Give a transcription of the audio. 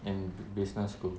in business group